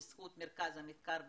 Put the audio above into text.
בזכות מרכז המחקר והמידע,